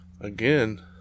again